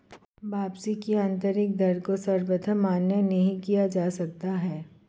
वापसी की आन्तरिक दर को सर्वथा मान्य नहीं किया जा सकता है